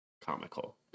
comical